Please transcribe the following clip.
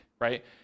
right